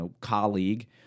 colleague